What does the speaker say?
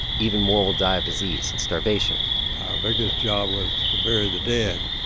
even more will die of disease and starvation our biggest job was to bury the dead.